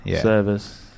Service